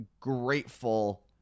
grateful